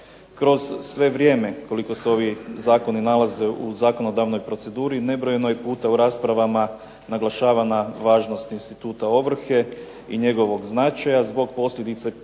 Kroz sve vrijeme koliko se ovi zakoni nalaze u zakonodavnoj proceduri, nebrojeno je puta u raspravama naglašavana važnost instituta ovrhe, i njegovog značaja, zbog posljedica